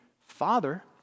Father